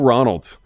Ronald